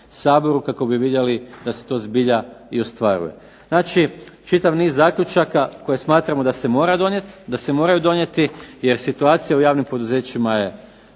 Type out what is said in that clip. kako bi vidjeli da se to zbilja i ostvaruje. Znači, čitav niz zaključaka koje smatramo da se moraju donijeti, jer situacija u javnim poduzećima je